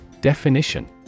Definition